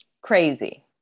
Crazy